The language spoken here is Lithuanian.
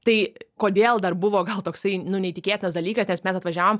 tai kodėl dar buvo gal toksai nu neįtikėtinas dalykas nes mes atvažiavom